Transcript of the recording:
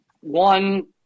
one